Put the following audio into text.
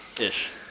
ish